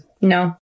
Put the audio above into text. No